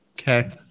Okay